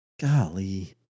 Golly